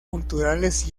culturales